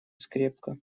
скрепка